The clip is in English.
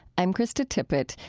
i'm krista tippett.